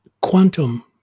quantum